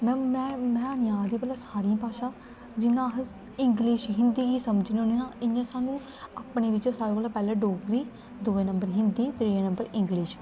में में में निं आखदी भला सारियां भाशां जियां अस इंग्लिश हिन्दी गी समझने होन्ने ना इ'यां सानूं अपने बिच्च सारें कोला पैह्लें डोगरी दूए नम्बर हिन्दी त्रिये नम्बर इंग्लिश